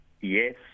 yes